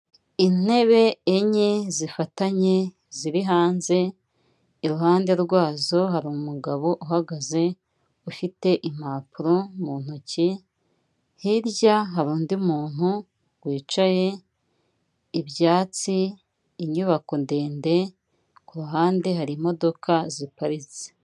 Intebe enye zifatanye ziri hanze, iruhande rwazo hari umugabo uhagaze ufite impapuro mu ntoki, hirya hari undi muntu wicaye, ibyatsi, inyubako ndende, ku ruhande hari imodoka ziparitse.